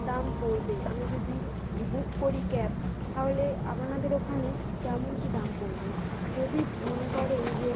দাম পড়বে আমি যদি বুক করি ক্যাব তাহলে আপনাদের ওখানে কেমন কী দাম পড়বে যদি মনে করেন যে